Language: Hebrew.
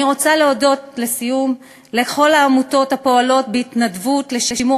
אני רוצה להודות לכל העמותות הפועלות בהתנדבות לשימור